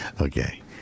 Okay